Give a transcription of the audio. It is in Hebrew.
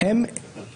אתה טועה.